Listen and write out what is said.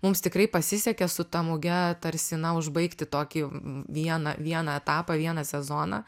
mums tikrai pasisekė su ta muge tarsi na užbaigti tokį vieną vieną etapą vieną sezoną